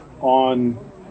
on